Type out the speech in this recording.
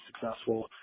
successful